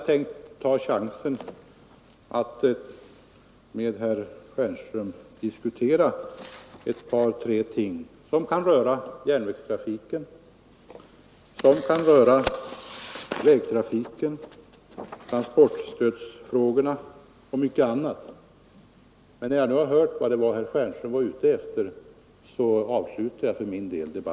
Men herr Stjernström hade alltså bara interpellerat för att kritisera denna